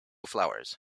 flowers